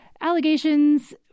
allegations